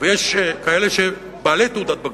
ויש כאלה שהם בעלי תעודת בגרות.